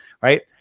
right